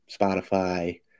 Spotify